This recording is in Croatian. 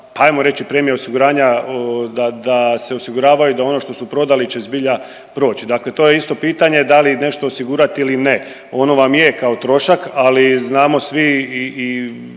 pa hajmo reći premija osiguranja da se osiguravaju, da ono što su prodali će zbilja proći. Dakle, to je isto pitanje da li nešto osigurati ili ne? Ono vam je kao trošak, ali znamo svi i